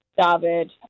David